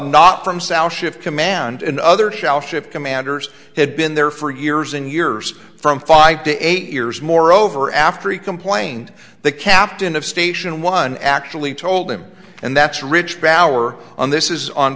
not from sao shift command in other shall ship commanders had been there for years and years from five to eight years moreover after he complained the captain of station one actually told him and that's ridgeback our on this is on